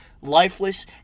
lifeless